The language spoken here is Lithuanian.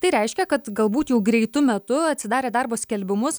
tai reiškia kad galbūt jau greitu metu atsidarę darbo skelbimus